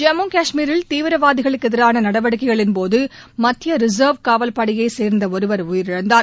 ஜம்மு காஷ்மீரில் தீவிரவாதிகளுக்கு எதிராள நடவடிக்கைகளின்போது மத்திய ரிசர்வ் காவல்படையை சேர்ந்த ஒருவர் உயிரிழந்தார்